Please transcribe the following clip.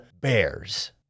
Bears